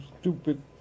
stupid